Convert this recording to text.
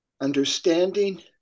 understanding